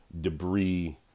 debris